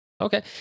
Okay